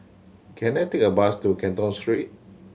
can I take a bus to Canton Street